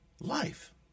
life